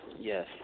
Yes